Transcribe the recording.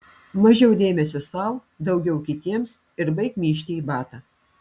mažiau dėmesio sau daugiau kitiems ir baik myžti į batą